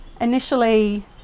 initially